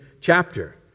chapter